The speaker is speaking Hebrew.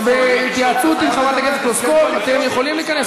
הודעתי קודם שבהתייעצות עם חברת הכנסת פלוסקוב אתם יכולים להיכנס,